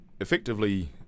effectively